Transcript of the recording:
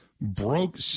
broke